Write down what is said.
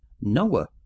Noah